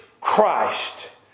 Christ